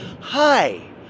Hi